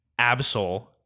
Absol